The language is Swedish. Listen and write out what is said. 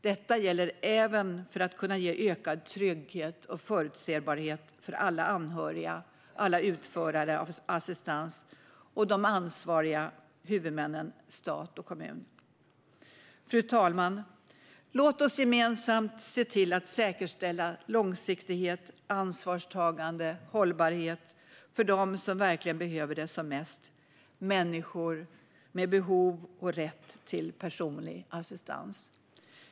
Detta gäller även för att kunna ge ökad trygghet och förutsebarhet för alla anhöriga, alla utförare av assistans och de ansvariga huvudmännen stat och kommun. Fru talman! Låt oss gemensamt se till att säkerställa långsiktighet, ansvarstagande och hållbarhet för dem som verkligen behöver det som mest - människor med behov och rätt till personlig assistans.